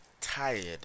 tired